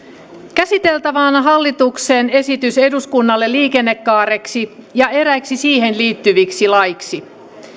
käsiteltävänä on hallituksen esitys eduskunnalle liikennekaareksi ja eräiksi siihen liittyviksi laeiksi